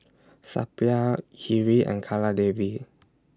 Suppiah Hri and Kaladevi